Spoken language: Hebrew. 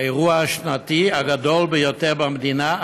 האירוע השנתי הגדול ביותר במדינה,